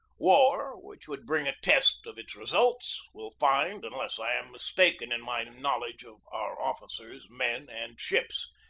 war, which would bring a test of its results, will find, unless i am mistaken in my knowledge of our officers, men, and ships,